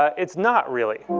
it's not really.